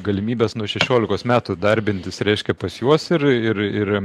galimybes nuo šešiolikos metų darbintis reiškia pas juos ir ir ir